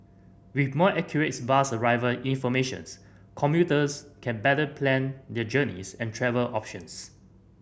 with more accurate bus arrival informations commuters can better plan their journeys and travel options